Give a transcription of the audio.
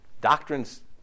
Doctrine's